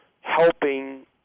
helping